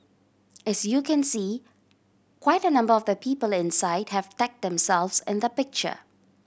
as you can see quite a number of the people inside have tagged themselves in the picture